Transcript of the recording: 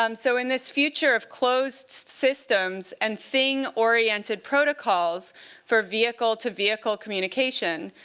um so in this future of closed systems and thing-oriented protocols for vehicle-to-vehicle communication,